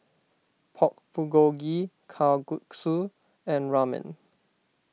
Pork Bulgogi Kalguksu and Ramen